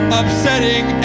upsetting